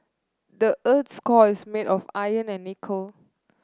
the earth's core is made of iron and nickel